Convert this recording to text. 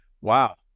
wow